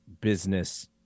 business